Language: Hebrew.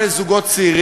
חברת הכנסת אבקסיס,